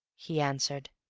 he answered.